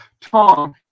Tom